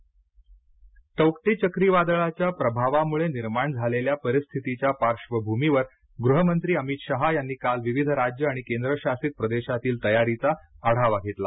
गृह मंत्री आढावा बैठक टौक्टे चक्रीवादळाच्या प्रभावामुळे निर्माण झालेल्या परिस्थितीच्या पार्श्वभूमीवर गृह मंत्री अमित शहा यांनी काल विविध राज्य आणि केंद्र शासित प्रदेशातील तयारीचा आढावा घेतला